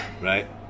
right